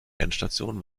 endstation